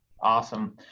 Awesome